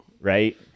Right